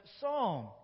psalm